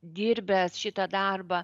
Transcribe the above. dirbęs šitą darbą